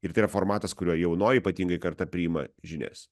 ir tai yra formatas kuriuo jaunoji ypatingai kartą priima žinias